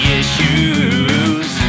issues